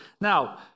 Now